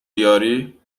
بیاری